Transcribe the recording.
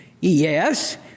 Yes